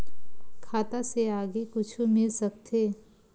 खाता से आगे कुछु मिल सकथे?